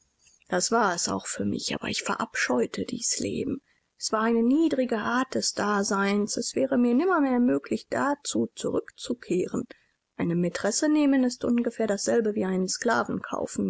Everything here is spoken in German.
das war es auch für mich aber ich verabscheute dies leben es war eine niedrige art des daseins es wäre mir nimmermehr möglich dazu zurückzukehren eine maitresse nehmen ist ungefähr dasselbe wie einen